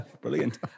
Brilliant